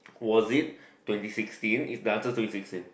was it twenty sixteen is the after twenty sixteen